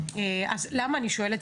למה אני שואלת?